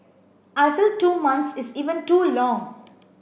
I feel two months is even too long